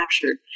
captured